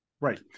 Right